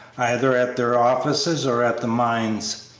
either at their offices or at the mines.